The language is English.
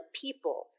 people